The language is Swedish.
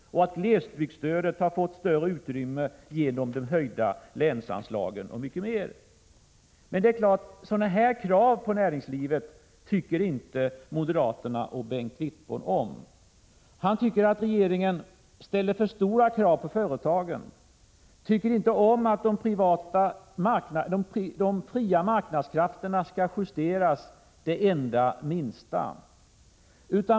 Glesbygdsstödet har också fått större utrymme genom de höjda länsanslagen. Men det är klart att moderaterna och Bengt Wittbom inte tycker om dessa krav på näringslivet. Bengt Wittbom tycker att regeringen ställer för stora krav på företagen. Han tycker inte om att de fria marknadskrafterna skall justeras det allra minsta.